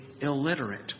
illiterate